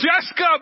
Jessica